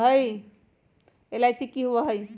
LIC की होअ हई?